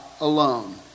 alone